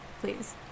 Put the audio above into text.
please